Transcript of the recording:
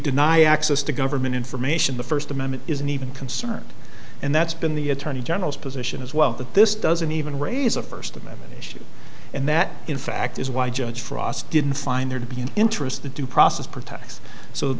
deny access to government information the first amendment isn't even concerned and that's been the attorney general's position as well that this doesn't even raise a first amendment issue and that in fact is why judge frost didn't find there to be an interest the due process protests so